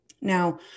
now